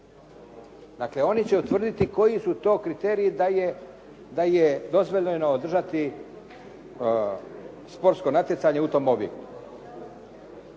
Dakle, oni će utvrditi koji su to kriteriji da je dozvoljeno držati sportsko natjecanje u tom obimu.